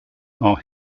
are